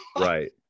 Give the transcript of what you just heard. Right